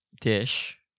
dish